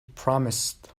promised